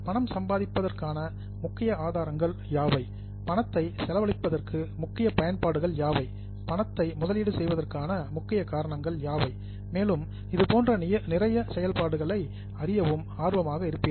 பணம் சம்பாதிப்பதற்கான முக்கிய ஆதாரங்கள் யாவை பணத்தை செலவழிப்பதற்கு முக்கிய பயன்பாடுகள் யாவை பணத்தை இன்வெஸ்ட்மெண்ட் முதலீடு செய்வதற்கான முக்கிய காரணங்கள் யாவை மேலும் இதுபோன்ற நிறைய செயல்பாடுகளை அறியவும் ஆர்வமாக இருப்பீர்கள்